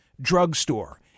Drugstore